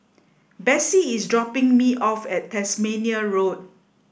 Bessie is dropping me off at Tasmania Road